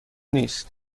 نیست